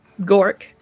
Gork